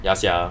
ya sia